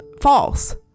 false